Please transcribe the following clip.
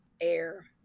air